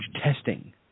testing